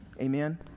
Amen